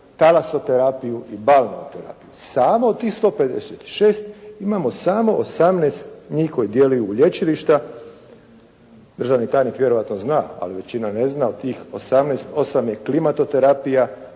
talasoterapiju i …/Govornik se ne razumije./… samo u tih 156 imamo samo 18 njih koji djeluju u lječilišta, državni tajnik vjerojatno zna, ali većina ne zna od tih 18 8 je klimatoterapija,